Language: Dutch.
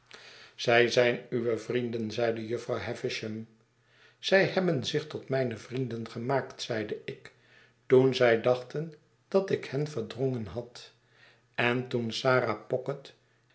zij zijn uwe vrienden zeide jufvrouw havisham zij hebben zich tot mijne vrienden gemaakt zeide ik toen zij dachten dat ik henverdrongen had en toen sarah pocket